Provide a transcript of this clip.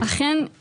אכן,